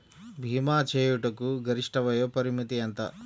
భీమా చేయుటకు గరిష్ట వయోపరిమితి ఎంత?